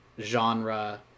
genre